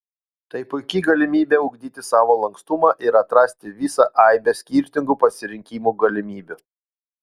tai puiki galimybė ugdyti savo lankstumą ir atrasti visą aibę skirtingų pasirinkimų galimybių